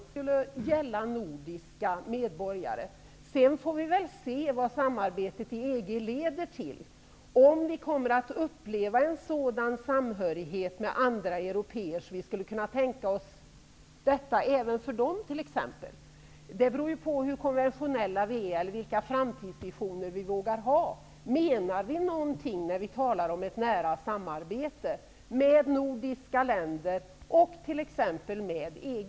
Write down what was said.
Herr talman! Jag har tänkt mig att det till en början skulle gälla nordiska medborgare. Sedan får vi väl se om t.ex. samarbetet i EG leder till en sådan samhörighet med andra européer att vi kan tänka oss detta även för dem. Det beror på hur konventionella vi är eller vilka framtidsvisioner vi vågar ha. Menar vi någonting när vi talar om ett nära samarbete med övriga nordiska länder och t.ex. med EG?